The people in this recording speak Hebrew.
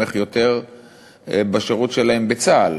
תומך יותר בשירות שלהם בצה"ל,